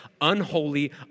unholy